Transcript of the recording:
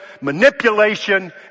manipulation